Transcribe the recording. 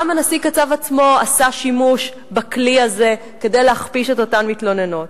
גם הנשיא קצב עצמו עשה שימוש בכלי הזה כדי להכפיש את אותן מתלוננות.